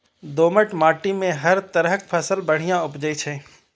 दोमट माटि मे हर तरहक फसल बढ़िया उपजै छै